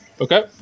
Okay